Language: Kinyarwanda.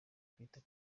atwite